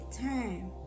time